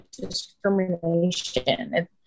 discrimination